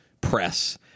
press